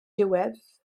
diwedd